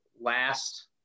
last